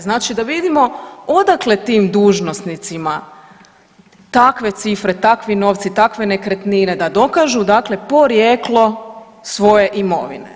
Znači, da vidimo odakle tim dužnosnicima takve cifre, takvi novci, takve nekretnine da dokažu dakle porijeklo svoje imovine.